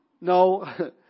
No